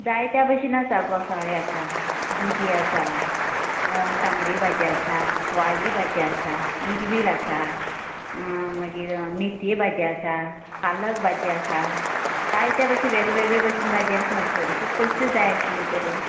जायत्या भाशेन आसा घोसाळी आसा दुदी आसा तांबडे भाजी आसा वाली भाजी आसा इरवील आसा मागीर मेतये भाजी आसा पालक भाजी आसा जायत्या बशेन वेगळ्यावेगळ्या बशेन भाजी आसा म्हजे कडेन तुका कसली जाय आसले तर